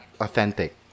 authentic